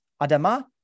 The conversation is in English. Adama